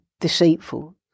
deceitful